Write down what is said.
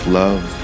love